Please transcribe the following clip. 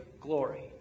glory